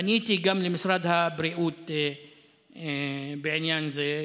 פניתי גם למשרד הבריאות בעניין זה.